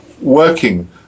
working